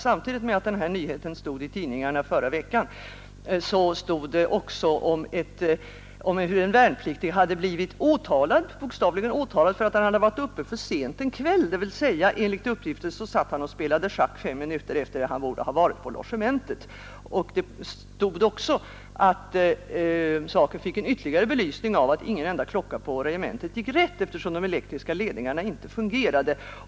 Samtidigt som denna nyhet stod i tidningarna förra veckan kunde man nämligen också läsa om hur en värnpliktig hade blivit åtalad för att han varit uppe för sent en kväll — enligt uppgifter satt han och spelade schack fem minuter efter det att han borde ha varit på logementet. Saken fick en ytterligare belysning av att ingen enda klocka på regementet gick rätt, eftersom de elektriska ledningarna inte fungerade.